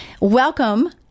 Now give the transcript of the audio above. welcome